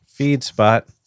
Feedspot